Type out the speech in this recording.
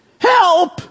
Help